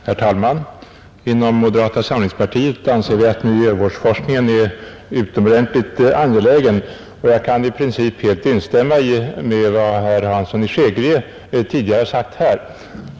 Herr talman! Inom moderata samlingspartiet anser vi att miljövårdsforskningen är utomordentligt angelägen, och jag kan i princip helt instämma i vad herr Hansson i Skegrie tidigare sagt här.